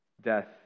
death